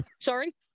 Sorry